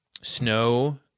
snow